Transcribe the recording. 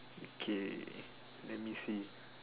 okay let me see